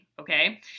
okay